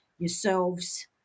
yourselves